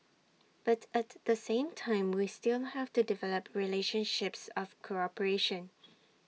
but at the same time we still have to develop relationships of cooperation